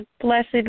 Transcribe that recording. blessed